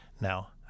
Now